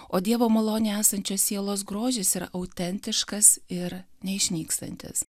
o dievo malonėj esančios sielos grožis yra autentiškas ir neišnykstantis